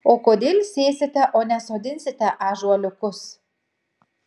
o kodėl sėsite o ne sodinsite ąžuoliukus